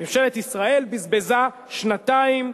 ממשלת ישראל, בזבזה שנתיים.